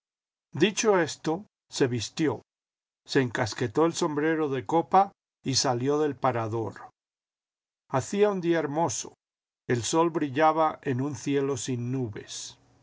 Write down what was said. dicho esto se vistió se encasquetó el sombrero de copa y salió del parador hacía un día hermoso el sol bhllaba en un cielo sin nubes